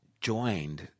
joined